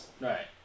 Right